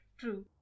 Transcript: True